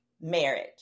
marriage